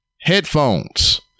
Headphones